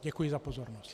Děkuji za pozornost.